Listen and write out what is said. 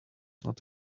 not